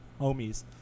homies